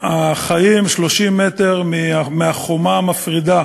החיים 30 מטר מהחומה המפרידה